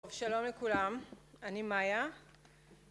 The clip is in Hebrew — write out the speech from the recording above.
שלום לכולם אני מאיה